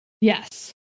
Yes